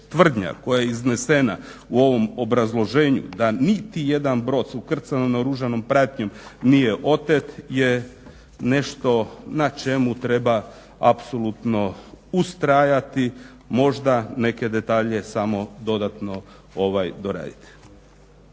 koja je iznesena u ovom obrazloženju da niti jedan brod s ukrcanom naoružanom pratnjom nije otet je nešto na čemu treba apsolutno ustrajati. Možda neke detalje samo dodatno doraditi.